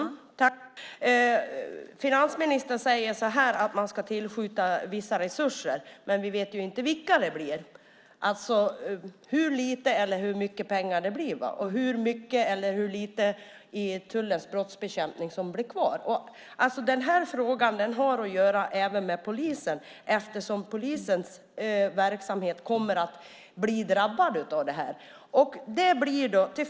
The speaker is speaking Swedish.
Fru talman! Finansministern säger att man ska tillskjuta vissa resurser, men vi vet inte vilka det blir, hur lite eller hur mycket pengar det blir, hur mycket eller hur lite i tullens brottsbekämpning som blir kvar. Den här frågan har även att göra med polisen, eftersom polisens verksamhet kommer att bli drabbad av det här.